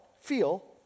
feel